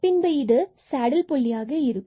பின்பு இது சேடில் புள்ளியாக இருக்கும்